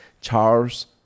Charles